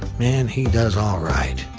man he does alright.